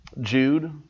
Jude